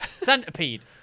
Centipede